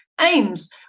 aims